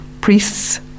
priests